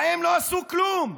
להם לא עשו כלום,